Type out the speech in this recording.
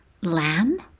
Lamb